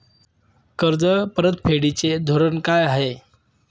कर्ज परतफेडीचे धोरण काय आहे?